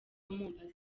mombasa